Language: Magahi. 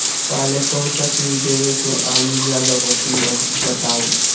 पहले कौन सा चीज देबे से आलू ज्यादा होती बताऊं?